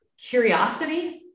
curiosity